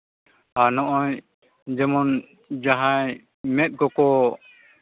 ᱟᱨ ᱱᱚᱜᱼᱚᱭ ᱡᱮᱢᱚᱱ ᱡᱟᱦᱟᱸᱭ ᱢᱮᱫ ᱠᱚᱠᱚ